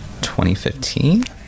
2015